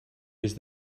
used